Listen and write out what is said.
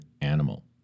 animal